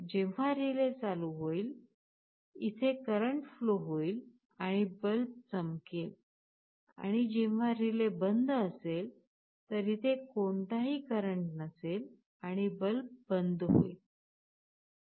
जेव्हा रिले चालू होईल इथे करंट फ्लो होईल आणि बल्ब चमकेल आणि जेव्हा रिले बंद असेल तर इथे कोणताही करंट नसेल आणि बल्ब बंद होईल